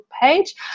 page